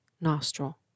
nostril